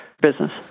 business